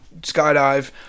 skydive